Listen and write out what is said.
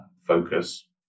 focus